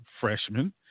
freshman